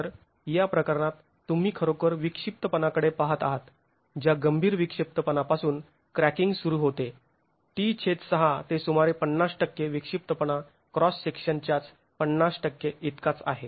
तर या प्रकरणात तुम्ही खरोखर विक्षिप्तपणाकडे पहात आहात ज्या गंभीर विक्षिप्तपणा पासून क्रॅकिंग सुरू होते t6 ते सुमारे ५० विक्षिप्तपणा क्रॉस सेक्शनच्याच ५० इतकाच आहे